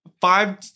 five